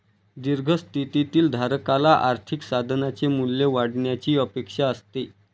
दीर्घ स्थितीतील धारकाला आर्थिक साधनाचे मूल्य वाढण्याची अपेक्षा असते